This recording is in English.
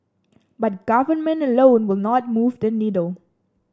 but government alone will not move the needle